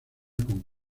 con